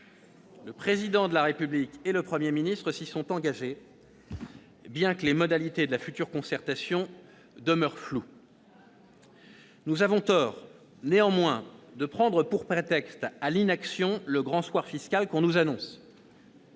Le Président de la République et le Premier ministre s'y sont engagés, bien que les modalités de la future concertation demeurent floues. Nous avons tort, néanmoins, de prendre pour prétexte à l'inaction le grand soir fiscal qu'on nous annonce